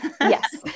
Yes